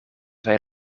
zei